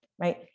right